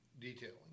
detailing